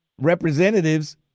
representatives